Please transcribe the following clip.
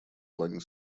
плане